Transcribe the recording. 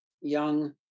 young